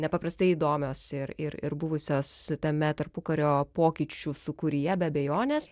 nepaprastai įdomios ir ir ir buvusios šitame tarpukario pokyčių sūkuryje be abejonės